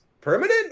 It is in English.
permanent